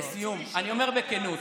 אני אומר בכנות,